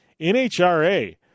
NHRA